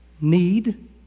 need